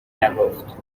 نگفت